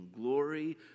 glory